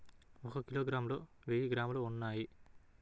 ఒక కిలోగ్రామ్ లో వెయ్యి గ్రాములు ఉన్నాయి